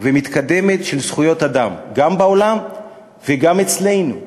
ומתקדמת של זכויות אדם, גם בעולם וגם אצלנו.